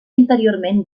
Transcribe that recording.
interiorment